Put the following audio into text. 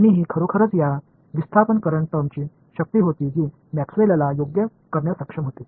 आणि ही खरोखरच या विस्थापन करंट टर्मची शक्ती होती जी मॅक्सवेलला योग्य करण्यास सक्षम होती